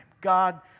God